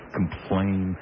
complain